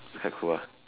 it's quite cool ah